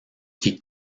qui